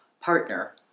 partner